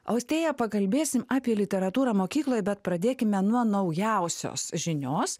austėja pakalbėsim apie literatūrą mokykloj bet pradėkime nuo naujausios žinios